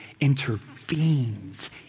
intervenes